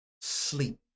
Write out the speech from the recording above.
sleep